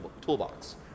toolbox